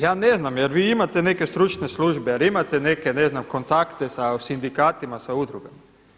Ja ne znam jer vi imate neke stručne službe, jer imate neke ne znam kontakte sa sindikatima, sa udrugama?